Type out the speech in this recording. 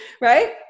right